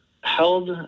held